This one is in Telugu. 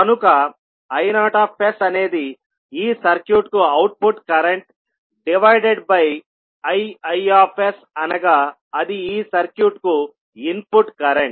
కనుక I0అనేది ఈ సర్క్యూట్ కు అవుట్పుట్ కరెంట్ డివైడెడ్ బై Iiఅనగా అది ఈ సర్క్యూట్ కు ఇన్పుట్ కరెంట్